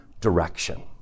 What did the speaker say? direction